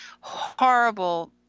Horrible